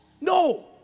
No